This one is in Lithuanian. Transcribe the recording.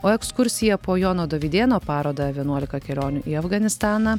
o ekskursiją po jono dovydėno parodą vienuolika kelionių į afganistaną